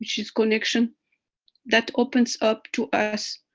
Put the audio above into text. is connection that opens up to us.